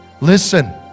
Listen